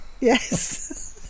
yes